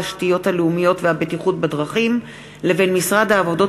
התשתיות הלאומיות והבטיחות בדרכים לבין משרד העבודות